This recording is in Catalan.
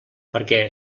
perquè